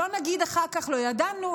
שלא נגיד אחר כך לא ידענו,